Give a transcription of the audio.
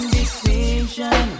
decision